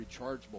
rechargeable